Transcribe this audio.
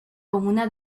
comuna